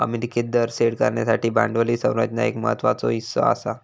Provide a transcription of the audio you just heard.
अमेरिकेत दर सेट करण्यासाठी भांडवली संरचना एक महत्त्वाचो हीस्सा आसा